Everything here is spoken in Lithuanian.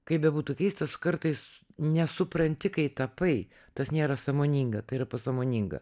kaip bebūtų keistas kartais nesupranti kai tapai tas nėra sąmoninga tai yra pasąmoninga